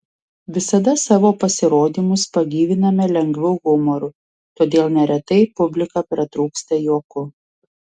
visada savo pasirodymus pagyviname lengvu humoru todėl neretai publika pratrūksta juoku